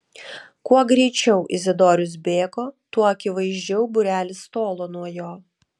kuo greičiau izidorius bėgo tuo akivaizdžiau būrelis tolo nuo jo